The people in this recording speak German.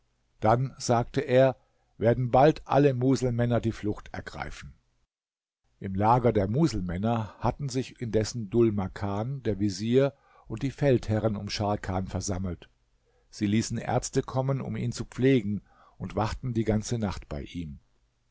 dann sagte er werden bald alle muselmänner die flucht ergreifen im lager der muselmänner hatten sich indessen dhul makan der vezier und die feldherren um scharkan versammelt sie ließen ärzte kommen um ihn zu pflegen und wachten die ganze nacht bei ihm